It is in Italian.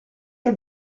che